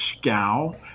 scowl